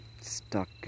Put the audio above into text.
stuck